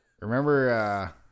Remember